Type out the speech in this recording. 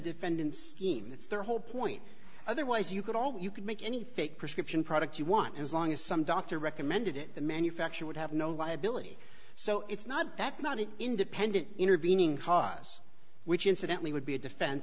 defendant's team that's their whole point otherwise you could all you could make any fake prescription product you want as long as some doctor recommended it the manufacturer would have no liability so it's not that's not an independent intervening cause which incidentally would be a defense